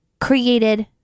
created